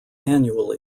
annual